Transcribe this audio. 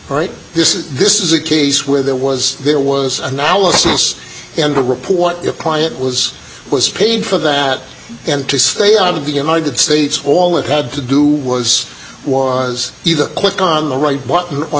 right this is this is a case where there was there was analysis and a report your client was was paid for that and to stay out of the united states all it had to do was was either click on the right button on